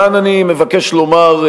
כאן אני מבקש לומר,